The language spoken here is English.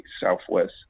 Southwest